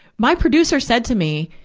my producer said to me,